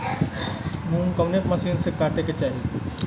मूंग कवने मसीन से कांटेके चाही?